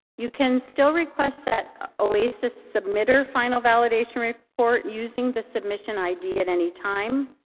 you can still request that oasis submitter final validation report using the submission id at anytime.